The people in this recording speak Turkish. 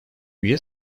üye